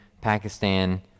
Pakistan